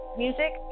music